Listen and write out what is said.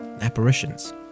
apparitions